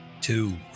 two